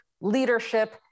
leadership